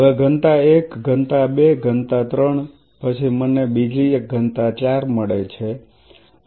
હવે ઘનતા 1 ઘનતા 2 ઘનતા 3 પછી મને બીજી એક ઘનતા 4 મળે છે